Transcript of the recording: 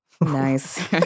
Nice